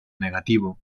negativo